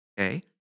okay